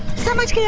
so much